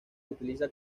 utiliza